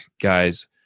guys